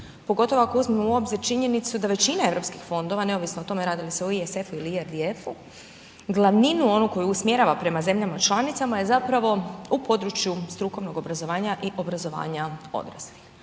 pogotovo ako uzmemo u obzir činjenicu da većina Europskih fondova, neovisno o tome radi li se o ISF-u ili IRDF-u, glavninu onu koju usmjerava prema zemljama članicama je zapravo u području strukovnog obrazovanja i obrazovanja odraslih.